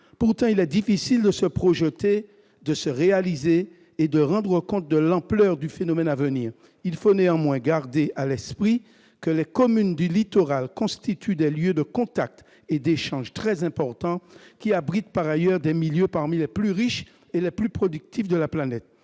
Pourtant, il est difficile de se projeter et de se rendre compte de l'ampleur du phénomène à venir. Il faut néanmoins garder à l'esprit que les communes du littoral constituent des lieux de contact et d'échanges très importants, qui abritent, par ailleurs, des milieux parmi les plus riches et les plus productifs de la planète.